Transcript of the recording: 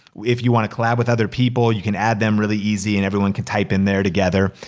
if you wanna collab with other people, you can add them really easy and everyone can type in there together.